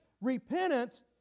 repentance